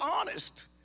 honest